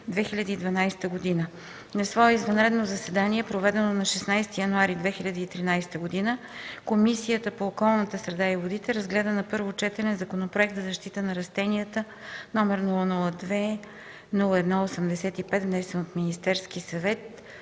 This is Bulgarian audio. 2012 г. На свое извънредно заседание, проведено на 16 януари 2013 г., Комисията по околната среда и водите разгледа на първо четене Законопроект за защита на растенията, № 002-01-85, внесен от Министерския съвет